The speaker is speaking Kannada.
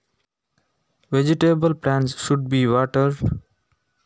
ತರಕಾರಿ ಗಿಡಗಳಿಗೆ ನೀರು ತುಂಬಬೇಕಾ?